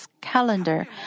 calendar